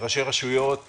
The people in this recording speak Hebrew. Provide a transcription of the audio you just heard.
רשויות מקומיות,